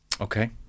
Okay